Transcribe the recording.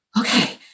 okay